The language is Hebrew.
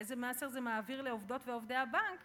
ואיזה מסר זה מעביר לעובדות ולעובדי הבנק